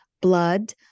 blood